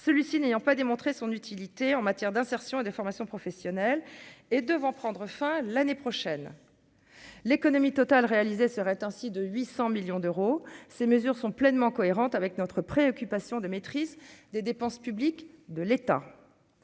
celui-ci n'ayant pas démontré son utilité en matière d'insertion et de formation professionnelle et devant prendre fin l'année prochaine l'économie totale réalisé seraient ainsi de 800 millions d'euros, ces mesures sont pleinement cohérente avec notre préoccupation de maîtrise des dépenses publiques de l'État,